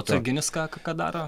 atsarginis ką ką daro